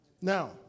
Now